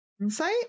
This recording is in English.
insight